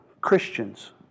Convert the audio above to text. Christians